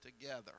together